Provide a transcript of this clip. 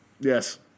Yes